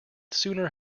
sooner